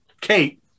kate